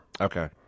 Okay